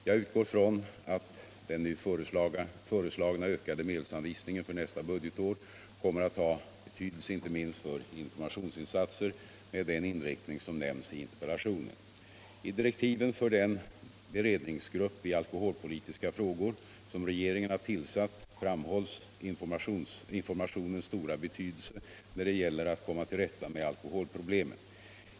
Jag utgår från att den nu föreslagna ökade medelsanvisningen för nästa budgetår kommer att ha betydelse inte minst för informationsinsatser med den inriktning som nämns i interpellationen. I direktiven för den beredningsgrupp i alkoholpolitiska frågor som regeringen har tillsatt framhålls informationens stora betydelse när det gäller att komma till rätta med alkoholproblemen.